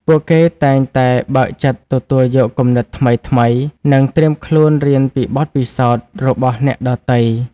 ពួកគេតែងតែបើកចិត្តទទួលយកគំនិតថ្មីៗ និងត្រៀមខ្លួនរៀនពីបទពិសោធន៍របស់អ្នកដទៃ។